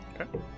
Okay